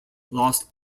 lost